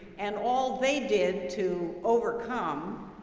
and all they did to overcome,